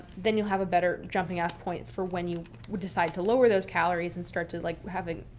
then you'll have a better jumping off point for when you decide to lower those calories and start to like having